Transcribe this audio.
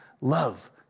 Love